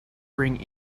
bring